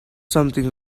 something